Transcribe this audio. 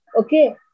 okay